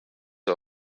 are